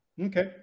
Okay